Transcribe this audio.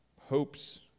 hopes